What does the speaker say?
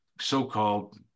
so-called